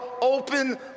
open